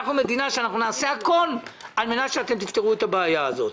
אנחנו מדינה שנעשה הכול על מנת שאתם תפתרו את הבעיה הזאת.